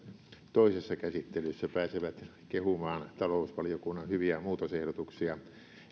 toisessa käsittelyssä pääsevät kehumaan talousvaliokunnan hyviä muutosehdotuksia